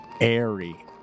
Airy